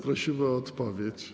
Prosimy o odpowiedź.